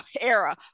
era